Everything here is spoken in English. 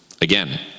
again